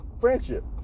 friendship